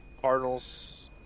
Cardinals